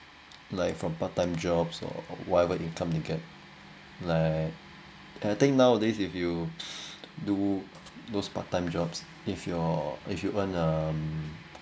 like from part time jobs or whatever income you get like I think nowadays if you do those part time jobs if your if you earn um